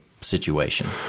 situation